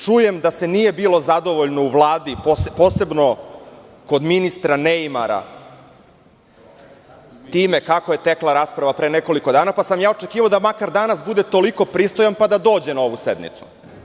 Čujem da se nije bilo zadovoljno u Vladi, posebno kod ministra neimara, time kako je tekla rasprava pre nekoliko dana, pa sam ja očekivao da makar danas bude toliko pristojan pa da dođe na ovu sednicu.